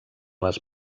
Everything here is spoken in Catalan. les